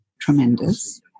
tremendous